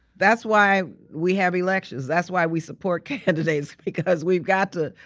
that's why we have elections. that's why we support candidates because we've got to.